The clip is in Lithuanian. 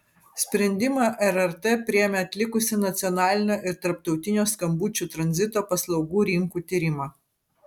sprendimą rrt priėmė atlikusi nacionalinio ir tarptautinio skambučių tranzito paslaugų rinkų tyrimą